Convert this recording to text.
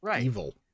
evil